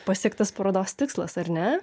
pasiektas parodos tikslas ar ne